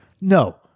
no